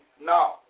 no